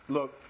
Look